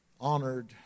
honored